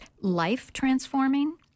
life-transforming